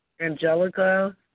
Angelica